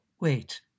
Wait